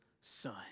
son